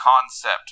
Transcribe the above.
concept